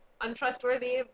untrustworthy